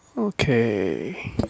Okay